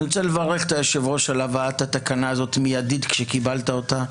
אני רוצה לברך את היושב ראש על הבאת התקנה הזאת מיידית כשקיבלת אותה,